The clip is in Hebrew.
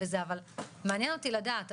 מעניין אותי לדעת,